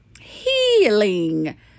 healing